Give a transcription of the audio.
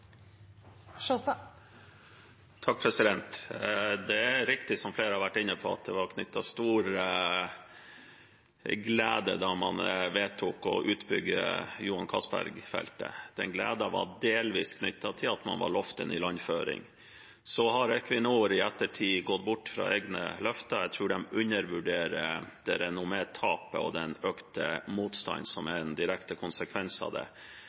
Det er riktig, som flere har vært inne på, at det var stor glede da man vedtok å bygge ut Johan Castberg-feltet. Den gleden var delvis knyttet til at man var lovet en ilandføring. Så har Equinor i ettertid gått bort fra egne løfter. Jeg tror de undervurderer det renommétapet og den økte motstanden som er en direkte konsekvens av det.